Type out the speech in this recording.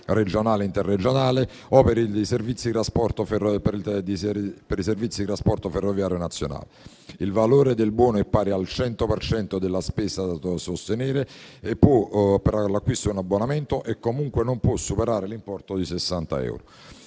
regionale interregionale o per i servizi di trasporto ferroviario nazionale. Il valore del buono è pari al 100 per cento della spesa da sostenere per l'acquisto di un abbonamento e comunque non può superare l'importo di 60 euro.